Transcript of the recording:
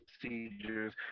procedures